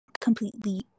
completely